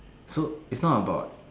so it's not about